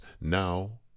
now